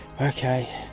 okay